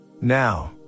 Now